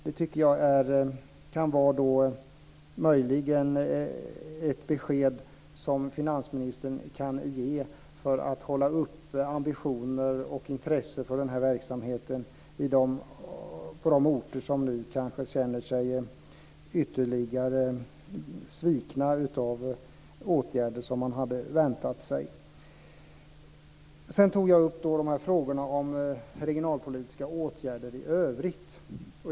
Det kan vara ett besked som finansministern kan ge för att hålla uppe ambitioner och intresse för verksamheten på de orter som känner sig ytterligare svikna av åtgärder de hade väntat sig. Jag tog upp frågorna om regionalpolitiska åtgärder i övrigt.